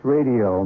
Radio